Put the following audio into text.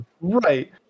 Right